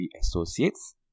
Associates